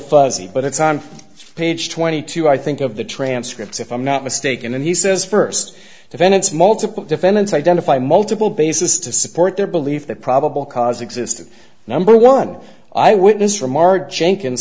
fuzzy but it's on page twenty two i think of the transcripts if i'm not mistaken and he says first defendants multiple defendants identify multiple basis to support their belief that probable cause existed number one eyewitness remar